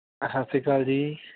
ਸਤਿ ਸ਼੍ਰੀ ਅਕਾਲ ਜੀ